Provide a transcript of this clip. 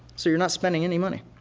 so you're not spending any money.